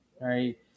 right